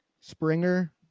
Springer